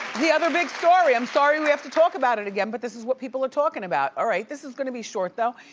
the other big story, i'm sorry we have to talk about it again but this is what people are talking about. all ah right, this is gonna be short though.